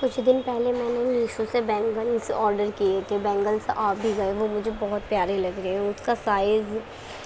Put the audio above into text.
کچھ دن پہلے میں نے میشو سے بینگلس آڈر کیے تھے بینگلس آ بھی گئے ہیں مجھے بہت پیارے لگ رہے ہیں اس کا سائز